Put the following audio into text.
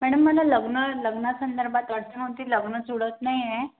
madam मला लग्न लग्ना संदर्भात अडचण होती लग्न जुळत नाही आहे